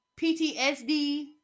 ptsd